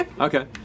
Okay